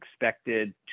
expected